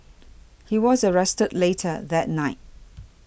he was arrested later that night